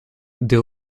des